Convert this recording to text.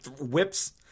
whips